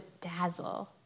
dazzle